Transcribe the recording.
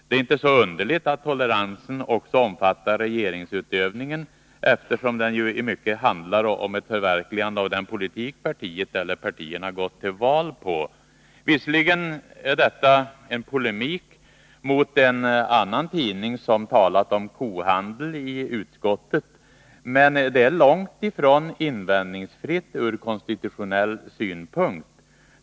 Det är inte så underligt att toleransen också omfattar regeringsutövningen, eftersom den ju i mycket handlar om ett förverkligande av den politik, partiet eller partierna gått till val på.” Visserligen är detta en polemik mot en annan tidning som talat om kohandel i utskottet, men det är långt ifrån invändningsfritt från konstitutionell synpunkt.